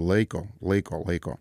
laiko laiko laiko